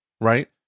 right